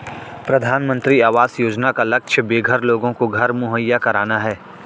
प्रधानमंत्री आवास योजना का लक्ष्य बेघर लोगों को घर मुहैया कराना है